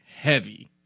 heavy